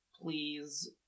Please